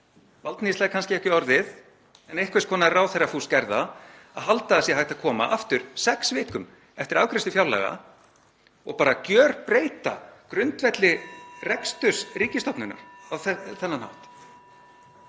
valdníðsla er kannski ekki orðið en einhvers konar ráðherrafúsk er það, að halda að hægt sé að koma aftur sex vikum eftir afgreiðslu fjárlaga og bara gjörbreyta grundvelli í rekstri ríkisstofnunar á þennan hátt.